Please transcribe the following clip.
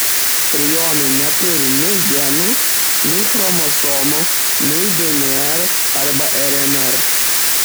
prionai neturi nei genų nei chromosomų nei dnr arba rnr